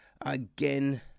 Again